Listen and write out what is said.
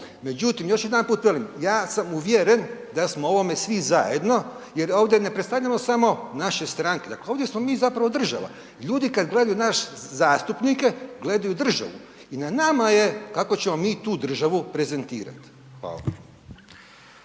Međutim, još jedanput velim, ja sam uvjeren da smo u ovome svi zajedno jer ovdje ne predstavljamo samo naše stranke, dakle ovdje smo mi zapravo država. Ljudi kad gledaju naše zastupnike gledaju državu i na nama je kako ćemo mi tu državu prezentirat. Hvala.